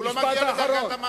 כי הוא לא מגיע לדרגת המס,